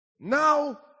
Now